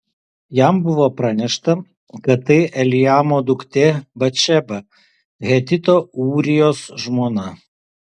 jam buvo pranešta kad tai eliamo duktė batšeba hetito ūrijos žmona